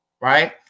right